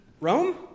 Rome